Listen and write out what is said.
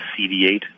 CD8